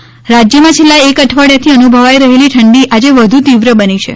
હવા માન રાજ્યમાં છેલ્લા એક અઠવાડીયાથી અનુભવાઈ રહેલી ઠંડી આજે વધુ તીવ્ર બની છે